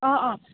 অঁ অঁ